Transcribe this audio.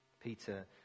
Peter